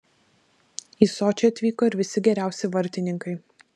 į sočį atvyko ir visi geriausi vartininkai